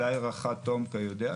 אולי רח"ט תומכ"א יודע.